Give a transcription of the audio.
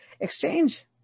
exchange